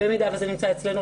במידה וזה נמצא אצלנו,